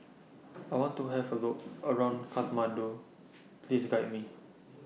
I want to Have A Look around Kathmandu Please Guide Me